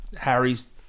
Harry's